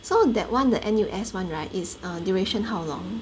so that one the N_U_S [one] right is err duration how long